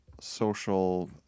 social